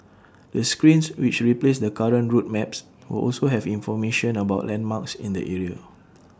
the screens which replace the current route maps will also have information about landmarks in the area